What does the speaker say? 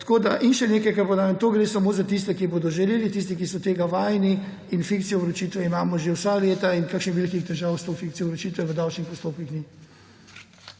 In še nekaj naj poudarim, gre samo za tiste, ki bodo želeli, tiste, ki so tega vajeni. Fikcijo vročitve imamo že vsa leta in kakšnih velikih težav s to fikcijo vročitve v davčnih postopkih ni.